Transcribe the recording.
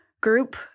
group